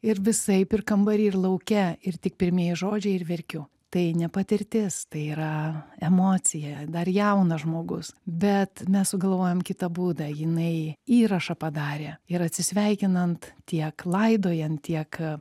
ir visaip ir kambary ir lauke ir tik pirmieji žodžiai ir verkiu tai ne patirtis tai yra emocija dar jaunas žmogus bet mes sugalvojom kitą būdą jinai įrašą padarė ir atsisveikinant tiek laidojant tiek